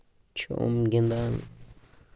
چھُ أمۍ گِندان